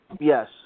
Yes